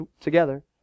together